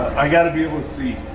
i gotta be able to see!